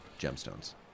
gemstones